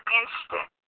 instant